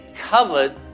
covered